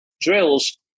drills